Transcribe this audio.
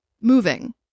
moving